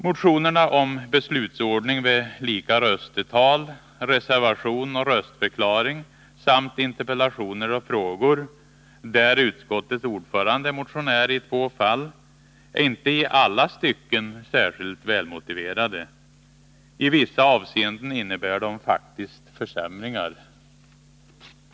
Motionerna om beslutsordning vid lika röstetal, reservation och röstförklaring samt interpellationer och frågor — där utskottets ordförande är motionär i två fall — är inte i alla stycken särskilt välmotiverade. I vissa avseenden innebär de faktiskt försämringar.